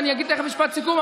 אני אגיד תכף משפט סיכום.